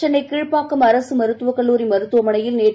சென்னைகீழ்ப்பாக்கம் அரசுமருத்துவக் கல்லூரி மருத்துவமனையில் நேற்று